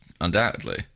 undoubtedly